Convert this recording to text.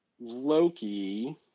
Loki